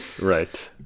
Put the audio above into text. Right